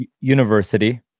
university